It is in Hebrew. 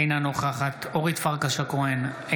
אינה נוכחת אורית פרקש הכהן,